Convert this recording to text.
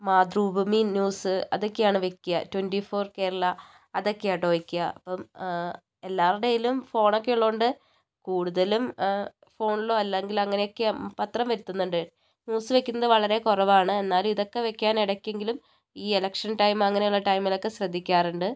Mathrubhumi news അതൊക്കെയാണ് വയ്ക്കുക twenty four Kerala അതോക്കെയാണ് കേട്ടോ വയ്ക്കുക അപ്പം എല്ലാവരുടെ കയ്യിലും ഫോൺ ഒക്കെ ഉള്ളതുകൊണ്ട് കൂടുതലും ഫോണിലും അല്ലെങ്കിൽ അങ്ങനെയൊക്കെയാണ് പത്രം വരുത്തുന്നുണ്ട് ന്യൂസ് വയ്ക്കുന്നത് വളരെ കുറവാണ് എന്നാലും ഇതൊക്കെ വയ്ക്കാൻ ഇടയ്ക്കെങ്കിലും ഈ ഇലക്ഷൻ ടൈം അങ്ങനെയുള്ള ടൈമിൽ ഒക്കെ ശ്രദ്ധിക്കാറുണ്ട്